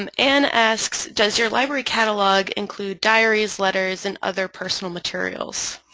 um anne asks does your library catalog include diaries, letters, and other personal materials?